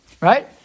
right